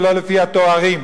ולא לפי התארים.